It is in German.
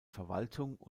verwaltung